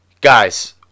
Guys